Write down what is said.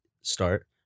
start